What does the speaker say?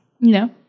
No